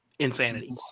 Insanity